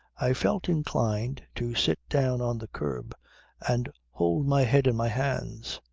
i felt inclined to sit down on the kerb and hold my head in my hands.